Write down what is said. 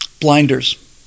blinders